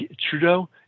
Trudeau